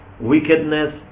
wickedness